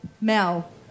Mel